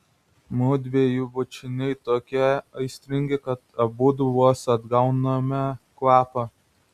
mudviejų bučiniai tokie aistringi kad abudu vos atgauname kvapą